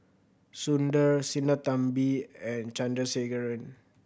Sundar Sinnathamby and Chandrasekaran